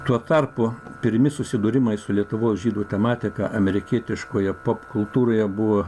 tuo tarpu pirmi susidūrimai su lietuvos žydų tematika amerikietiškoje popkultūroje buvo